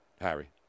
Harry